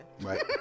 Right